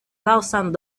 thousand